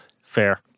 fair